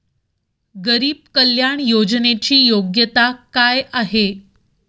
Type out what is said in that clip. गरीब कल्याण योजनेची योग्यता काय आहे?